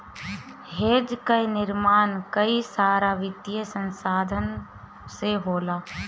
hedge कअ निर्माण कई सारा वित्तीय संसाधन से होला